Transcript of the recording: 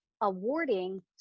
awarding